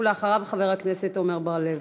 ואחריו, חבר הכנסת עמר בר-לב.